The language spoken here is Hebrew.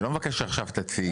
אני לא מבקש שעכשיו תציג.